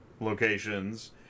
locations